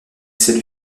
celui